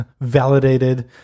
validated